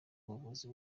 ubuvuzi